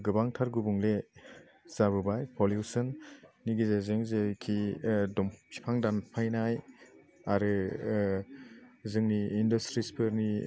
गोबांथार गुबुंले जाबोबाय पलिवसननि गेजेरजों जेनेखि दं फिफां दानफायनाय आरो जोंनि इन्डासट्रिस्टफोरनि